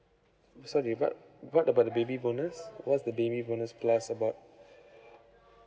so they what what about the baby bonus what's the baby bonus plus about